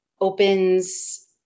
opens